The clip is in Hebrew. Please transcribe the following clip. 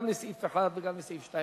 גם לסעיף 1 וגם לסעיף 2,